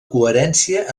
coherència